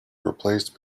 replaced